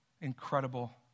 incredible